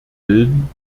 bilden